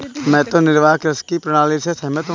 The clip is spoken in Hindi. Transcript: मैं तो निर्वाह कृषि की प्रणाली से सहमत हूँ